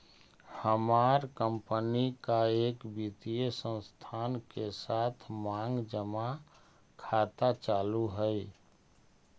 हमार कंपनी का एक वित्तीय संस्थान के साथ मांग जमा खाता चालू हई